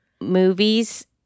movies